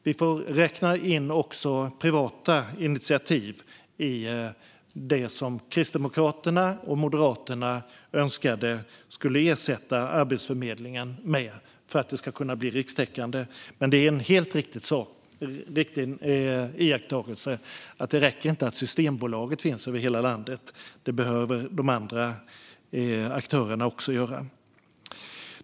Vi får räkna in också privata initiativ i det som Kristdemokraterna och Moderaterna önskade skulle ersätta Arbetsförmedlingen, för att det ska kunna bli rikstäckande. Det är en helt riktig iakttagelse att det inte räcker att Systembolaget finns över hela landet, utan det behöver också de andra aktörerna göra.